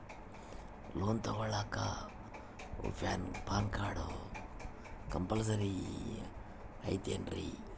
Loan ತೊಗೊಳ್ಳಾಕ PAN card compulsory ಐಯ್ತೇನ್ರಿ?